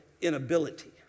inability